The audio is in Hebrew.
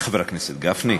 חבר הכנסת גפני,